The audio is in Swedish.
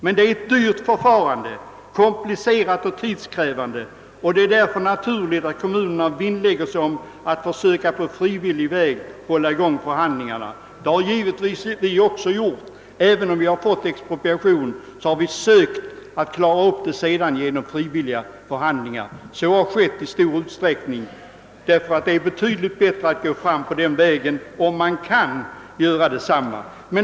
Men detta är ett dyrbart förfarande, komplicerat och tidskrävande, och det är därför naturligt att kommunerna vinnlägger sig om att försöka att på frivillig väg hålla i gång förhandlingarna. Det har vi givetvis också gjort; även om vi har fått expropriation har vi sökt klara upp det hela genom frivilliga förhandlingar. Så har vi gjort i stor utsträckning därför att det är betydligt bättre att gå fram på den vägen, om man kan göra det.